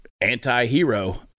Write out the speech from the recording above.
anti-hero